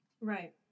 Right